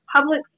public